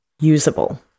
usable